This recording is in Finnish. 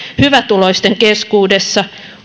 hyvätuloisten keskuudessa